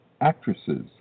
actresses